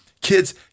Kids